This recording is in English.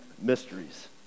Mysteries